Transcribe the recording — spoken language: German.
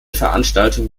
veranstaltung